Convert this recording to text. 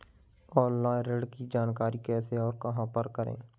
Online ऋण की जानकारी कैसे और कहां पर करें?